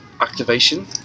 activation